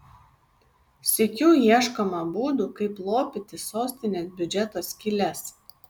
sykiu ieškoma būdų kaip lopyti sostinės biudžeto skyles